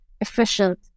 efficient